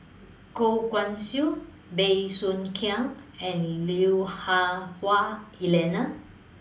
Goh Guan Siew Bey Soo Khiang and Lui Hah Wah Elena